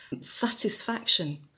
satisfaction